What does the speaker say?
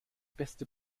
beste